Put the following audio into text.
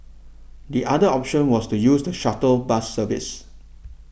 the other option was to use the shuttle bus services